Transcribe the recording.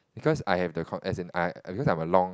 because I have the con~ as in because I am a long